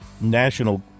National